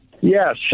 Yes